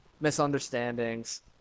misunderstandings